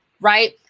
right